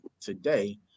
today